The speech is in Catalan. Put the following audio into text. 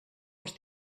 els